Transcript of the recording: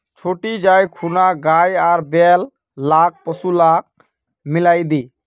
छोटी जाइ खूना गाय आर बैल लाक पुआल मिलइ दे